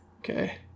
Okay